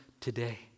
today